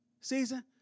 season